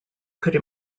could